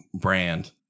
brand